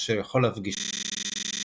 אשר יכול להפגישם עם טיירל,